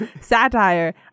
Satire